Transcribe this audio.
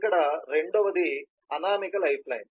ఇక్కడ రెండవది అనామక లైఫ్ లైన్